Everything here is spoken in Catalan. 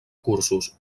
cursos